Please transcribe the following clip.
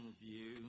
view